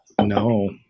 No